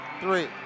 three